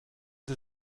sie